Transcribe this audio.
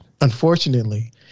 unfortunately